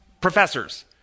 professors